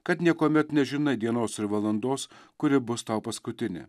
kad niekuomet nežinai dienos ir valandos kuri bus tau paskutinė